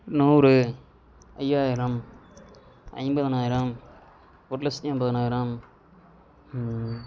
நூறு ஐயாயிரம் ஐம்பதனாயிரம் ஒரு லட்சத்து ஐம்பதனாயிரம்